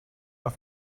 auf